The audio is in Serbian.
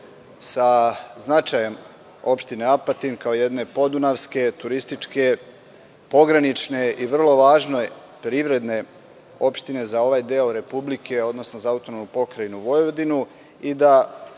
sa značajem opštine Apatin, kao jedne podunavske, turističke, pogranične i vrlo važne privredne opštine za ovaj deo Republike, odnosno za APV i da situacija u kojoj opština